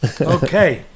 Okay